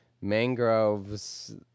mangroves